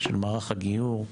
של מערך הגיור,